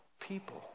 people